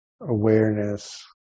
awareness